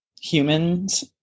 humans